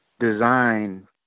design